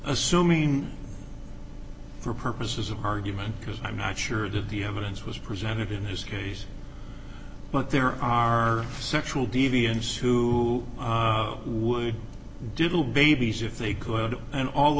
assuming for purposes of argument because i'm not sure that the evidence was presented in this case but there are sexual deviants who would do little babies if they could and all the